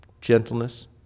gentleness